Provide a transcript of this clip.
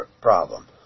problem